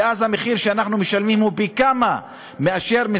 ואז המחיר שאנחנו משלמים הוא פי כמה מזה שהיה